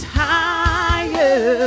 higher